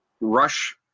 Rush